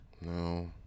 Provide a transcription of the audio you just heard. No